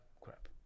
Crap